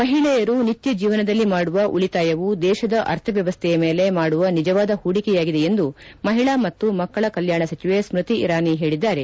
ಮಹಿಳೆಯರು ನಿತ್ಯ ಜೀವನದಲ್ಲಿ ಮಾಡುವ ಉಳಿತಾಯವು ದೇಶದ ಅರ್ಥವ್ಯವಸ್ಥೆಯ ಮೇಲೆ ಮಾಡುವ ನಿಜವಾದ ಪೂಡಿಕೆಯಾಗಿದೆ ಎಂದು ಮಹಿಳಾ ಮತ್ತು ಮಕ್ಕಳ ಕಲ್ಚಾಣ ಸಚಿವೆ ಸ್ಥತಿ ಇರಾನಿ ಹೇಳಿದ್ದಾರೆ